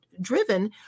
driven